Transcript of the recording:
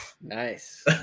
Nice